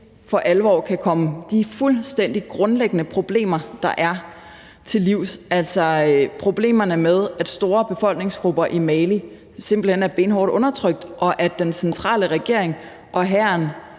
for alvor kan komme de fuldstændig grundlæggende problemer, der er, til livs, altså problemerne med, at store befolkningsgrupper i Mali simpelt hen er benhårdt undertrykt, og at den centrale regering og hæren